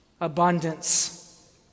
abundance